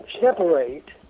separate